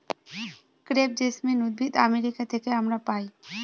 crepe jasmine উদ্ভিদ America থেকে আমরা পাই